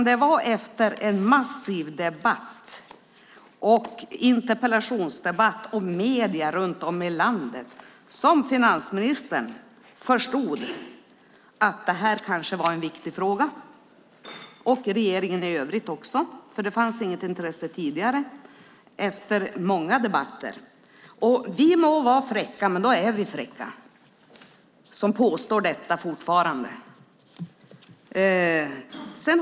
Det var efter en massiv interpellationsdebatt och uppmärksamhet i medierna runt om i landet som finansministern och regeringen i övrigt förstod att det här kanske var en viktig fråga. Det fanns inget intresse tidigare efter många debatter. Vi må vara fräcka, men då är vi fräcka som fortfarande påstår detta.